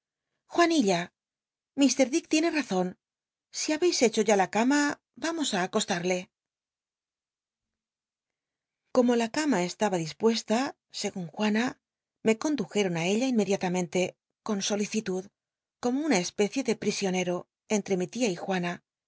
juanilla jlfr dick tiene razon si babcis hecho ya la cama vamos á acostal'le como la cama estaba dispuesta segun juana me conclujelon ií ella inmediatamente con solicitud como una especie ele l l'isionero enttc mi tia y juana